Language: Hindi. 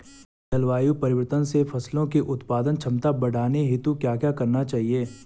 जलवायु परिवर्तन से फसलों की उत्पादन क्षमता बढ़ाने हेतु क्या क्या करना चाहिए?